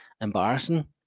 embarrassing